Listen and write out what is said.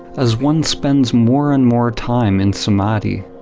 as one spends more and more time in samadhi,